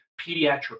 pediatric